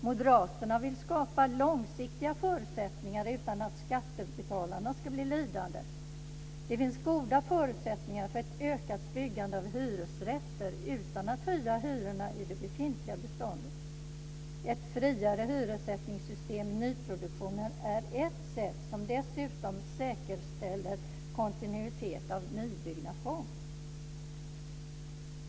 Moderaterna vill skapa långsiktiga förutsättningar utan att skattebetalarna ska bli lidande. Det finns goda förutsättningar för ett ökat byggande av hyresrätter utan att man höjer hyrorna i det befintliga beståndet. Ett friare hyressättningssystem i nyproduktionen är ett sätt som dessutom säkerställer kontinuitet av nybyggnation.